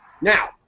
Now